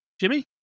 Jimmy